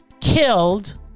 killed